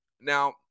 now